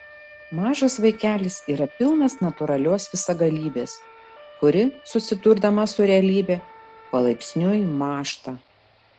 mažas vaikelis yra pilnas natūralios visagalybės kuri susidurdama su realybe palaipsniui mąžta